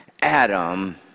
Adam